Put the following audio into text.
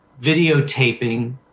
videotaping